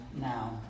now